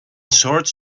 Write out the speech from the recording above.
shorts